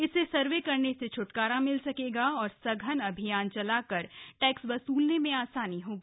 इससे सर्वे करने से छ्टकारा मिल सकेगा और सघन अभियान चलाकर टैक्स वसूलने में आसानी होगी